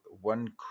one